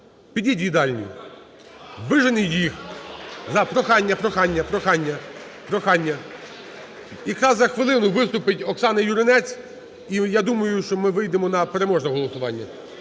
підіть в їдальню, виженіть їх, прохання, прохання, прохання. Якраз за хвилину виступить Оксана Юринець, і я думаю, що ми вийдемо на переможне голосування.